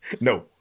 No